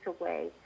away